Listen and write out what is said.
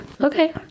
Okay